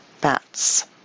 bats